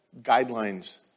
guidelines